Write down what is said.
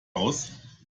aus